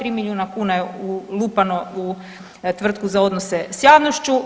3 miliona kuna je ulupano u tvrtku za odnose s javnošću.